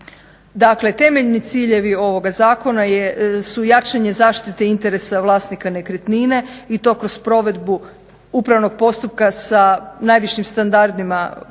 Dakle, temeljni ciljevi ovoga zakona su jačanje zaštite interesa vlasnika nekretnine i to kroz provedbu upravnog postupka sa najvišim standardima postupaka,